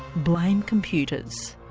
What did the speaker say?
blame computers.